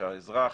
שהאזרח,